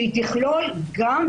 שתכלול גם,